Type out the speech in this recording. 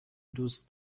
دوست